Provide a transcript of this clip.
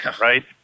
right